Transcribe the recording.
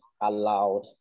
allowed